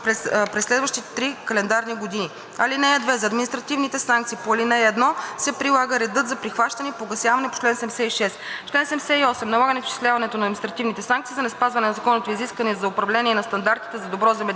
през следващите три календарни години. (2) За административните санкции по ал. 1 се прилага редът за прихващане и погасяване по чл. 76. Чл. 78. Налагането и изчисляването на административните санкции за неспазване на законовите изисквания за управление и на стандартите за добро земеделско